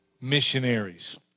missionaries